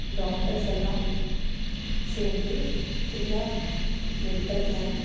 டாக்டர்ஸெல்லாம் சேர்ந்து ஃப்ரீயாக medical camp